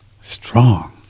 strong